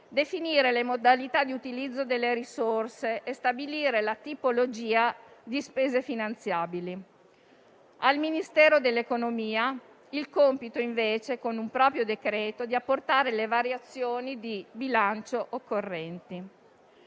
definire le modalità di utilizzo delle risorse e stabilire la tipologia di spese finanziabili. Al Ministero dell'economia va invece il compito, con un proprio decreto, di apportare le variazioni di bilancio occorrenti.